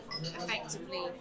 effectively